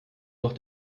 noch